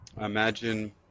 imagine